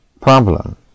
Problem